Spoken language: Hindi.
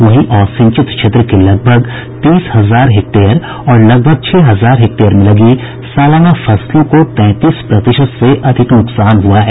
वहीं असिंचित क्षेत्र के लगभग तीस हजार हेक्टेयर और लगभग छह हजार हेक्टेयर में लगी सालाना फसलों को तैंतीस प्रतिशत से अधिक नुकसान हुआ है